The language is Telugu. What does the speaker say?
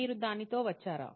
మీరు దానితో వచ్చారా